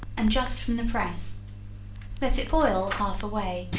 and just from the press let it boil half away,